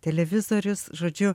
televizorius žodžiu